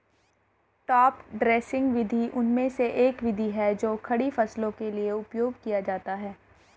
top dressing विधि उनमें से एक विधि है जो खड़ी फसलों के लिए उपयोग किया जाता है